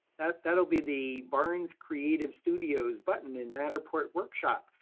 that'll be the barnes creative studios button in matterport workshop,